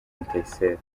etincelles